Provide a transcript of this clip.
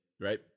Right